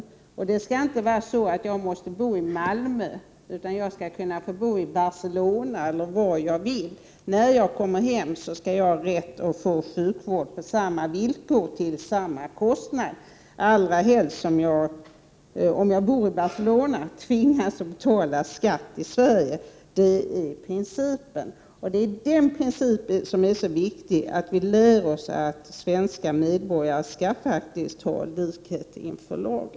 Personen i fråga skall inte nödvändigtvis behöva bo i t.ex. Malmö för att få den, utan han eller hon skall även kunna bo i Barcelona eller någon annanstans. Han eller hon skall vid återkomsten till Sverige ha rätt till sjukvård på samma villkor och till samma kostnad som en här bosatt Prot. 1988/89:111 pensionär — särskilt som den som bor i Barcelona tvingas betala skatt i Sverige. Denna princip är mycket viktig. Vi måste alltså inpränta hos oss själva att likhet inför lagen gäller alla svenska medborgare.